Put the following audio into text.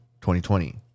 2020